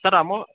sir ಅಮೌ